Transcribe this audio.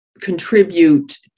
contribute